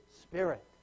spirit